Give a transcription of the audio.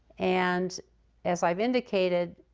and as i've indicated,